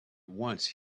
once